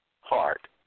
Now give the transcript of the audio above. heart